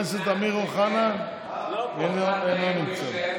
לא אמרת, איפה הוא יושב?